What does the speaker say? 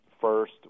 first